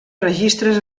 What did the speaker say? registres